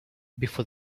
before